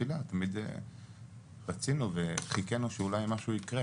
התפילה רצינו וחיכנו שאולי משהו ייקרה,